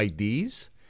IDs